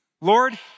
Lord